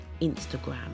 instagram